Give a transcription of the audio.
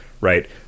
right